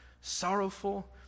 Sorrowful